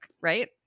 right